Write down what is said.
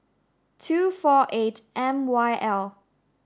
two four eight M Y L